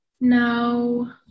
No